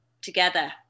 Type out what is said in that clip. together